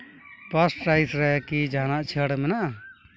ᱯᱟᱥᱴᱨᱟᱭᱤᱡᱽ ᱨᱮ ᱠᱤ ᱡᱟᱦᱟᱱᱟᱜ ᱪᱷᱟᱹᱲ ᱢᱮᱱᱟᱜᱼᱟ